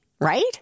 right